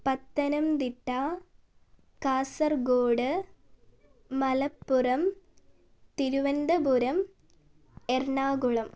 Pathanamthitta Kasaragod Malappuram Thiruvananthapuram Ernakulam